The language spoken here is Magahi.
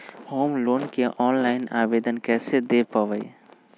होम लोन के ऑनलाइन आवेदन कैसे दें पवई?